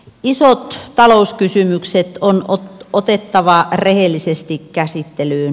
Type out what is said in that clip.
isot talouskysymykset on otettava rehellisesti käsittelyyn